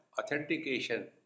authentication